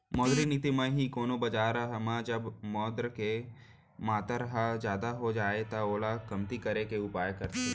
मौद्रिक नीति म ही कोनो बजार म जब मुद्रा के मातर ह जादा हो जाय त ओला कमती करे के उपाय करथे